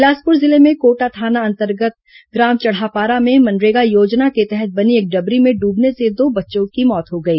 बिलासपुर जिले में कोटा थाना अंतर्गत ग्राम चढ़ापारा में मनरेगा योजना के तहत बनी एक डबरी में डूबने से दो बच्चों की मौत हो गई